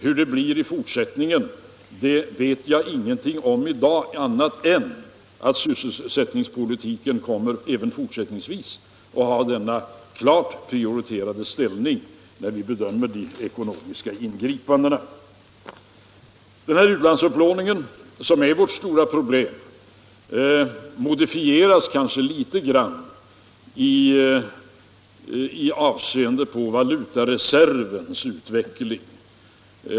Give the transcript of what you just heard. Hur det blir i fortsättningen vet jag ingenting om i dag annat än att sysselsättningspolitiken även fortsättningsvis kommer att ha denna klart prioriterade ställning när vi bedömer de ekonomiska ingripandena. Utlandsupplåningen, som är vårt stora problem, modifieras kanske litet grand i valutareservens utveckling.